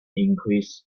increased